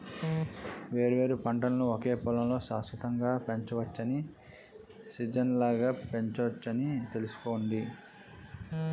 వేర్వేరు పంటలను ఒకే పొలంలో శాశ్వతంగా పెంచవచ్చని, సీజనల్గా పెంచొచ్చని తెలుసుకోండి